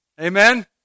Amen